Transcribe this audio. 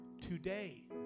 today